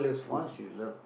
once you love